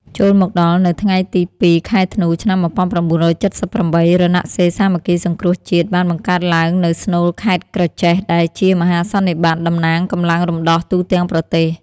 ចូលមកដល់នៅថ្ងៃទី ២ ខែធ្នូ ឆ្នាំ១៩៧៨ រណសិរ្សសាមគ្គីសង្គ្រោះជាតិបានបង្កើតឡើងនៅ ស្នួល ខេត្ត ក្រចេះ ដែលជាមហាសន្និបាត តំណាងកម្លាំងរំដោះទូទាំងប្រទេស ។